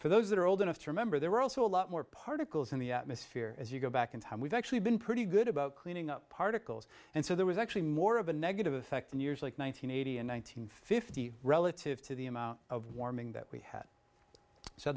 for those that are old enough to remember there were also a lot more particles in the atmosphere as you go back in time we've actually been pretty good about cleaning up particles and so there was actually more of a negative effect in years like one nine hundred eighty and one nine hundred fifty relative to the amount of warming that we had so